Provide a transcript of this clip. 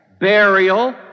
burial